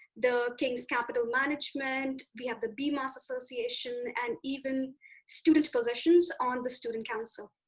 the king's capital management, we have the bmos association and even students' positions on the student council.